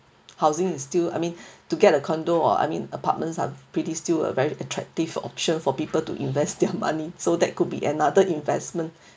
housing is still I mean to get a condo or I mean apartments are pretty still a very attractive option for people to invest their money so that it could be another investment